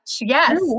Yes